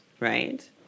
Right